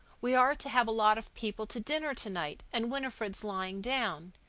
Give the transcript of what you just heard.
we are to have a lot of people to dinner to-night, and winifred's lying down.